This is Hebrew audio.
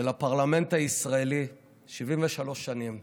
ולפרלמנט הישראלי, 73 שנים.